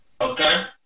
Okay